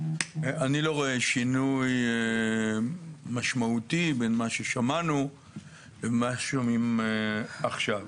אני לא רואה שינוי משמעותי בין מה ששמענו למה ששומעים עכשיו.